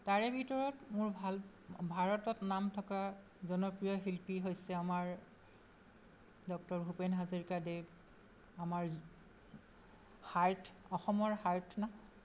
তাৰে ভিতৰত মোৰ ভাল ভাৰতত নাম থকা জনপ্ৰিয় শিল্পী হৈছে আমাৰ ডক্টৰ ভূপেন হাজৰিকাদেৱ আমাৰ হাৰ্ট অসমৰ হাৰ্ট না